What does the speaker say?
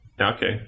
okay